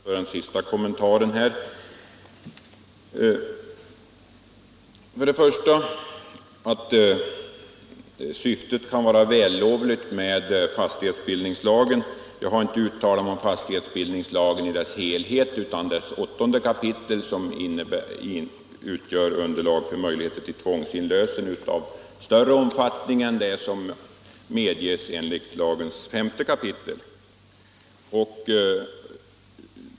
Herr talman! Jag ber att få tacka statsrådet för den senaste kommentaren. Statsrådet sade att jag hade konstaterat att syftet med fastighetsbildningslagen var vällovligt. Jag har inte uttalat mig om den lagen i dess helhet utan bara om dess 8 kap. som ger möjlighet till tvångsinlösen i större omfattning än vad som medges i lagens 5 kap.